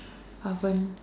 oven